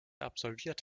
absolviert